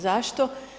Zašto?